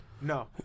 No